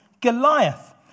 Goliath